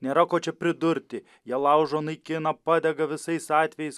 nėra ko čia pridurti jie laužo naikina padega visais atvejais